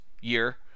year